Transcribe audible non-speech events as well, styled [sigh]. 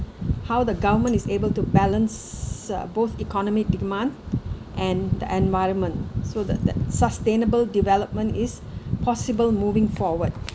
how the government is able to balance uh both economic demand and the environment so that that sustainable development is [breath] possible moving forward